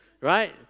right